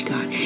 God